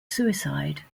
suicide